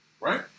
right